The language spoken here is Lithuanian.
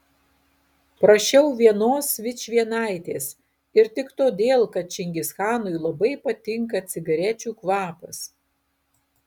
prašiau vienos vičvienaitės ir tik todėl kad čingischanui labai patinka cigarečių kvapas